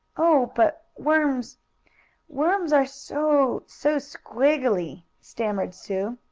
oh, but worms worms are so so squiggily! stammered sue.